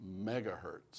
megahertz